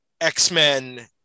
X-Men